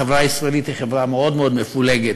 החברה הישראלית היא חברה מאוד מאוד מפולגת,